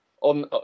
on